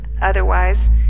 Otherwise